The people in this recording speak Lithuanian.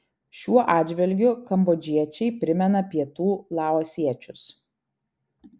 šiuo atžvilgiu kambodžiečiai primena pietų laosiečius